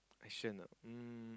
action ah um